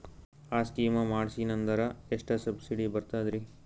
ಆ ಸ್ಕೀಮ ಮಾಡ್ಸೀದ್ನಂದರ ಎಷ್ಟ ಸಬ್ಸಿಡಿ ಬರ್ತಾದ್ರೀ?